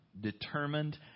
determined